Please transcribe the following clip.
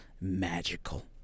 Magical